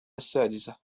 السادسة